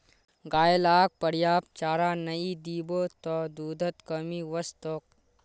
गाय लाक पर्याप्त चारा नइ दीबो त दूधत कमी वस तोक